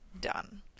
done